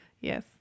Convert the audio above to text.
yes